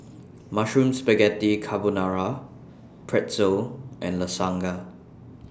Mushroom Spaghetti Carbonara Pretzel and Lasagna S